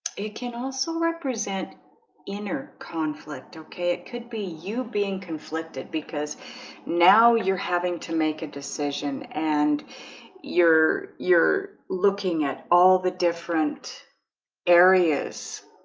it can also represent inner conflict. okay, it could be you being conflicted because now you're having to make a decision and you're you're looking at all the different areas,